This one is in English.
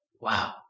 wow